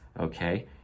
Okay